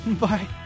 bye